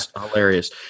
hilarious